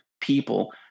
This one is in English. people